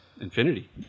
Infinity